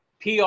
PR